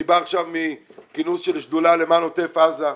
אני בא עכשיו מכינוס של שדולה למען עוטף עזה.